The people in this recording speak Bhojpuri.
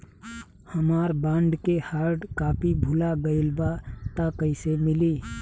हमार बॉन्ड के हार्ड कॉपी भुला गएलबा त कैसे मिली?